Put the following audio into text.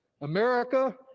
America